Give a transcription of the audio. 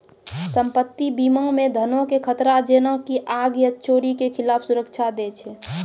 सम्पति बीमा मे धनो के खतरा जेना की आग या चोरी के खिलाफ सुरक्षा दै छै